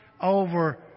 over